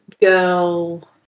girl